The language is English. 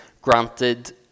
granted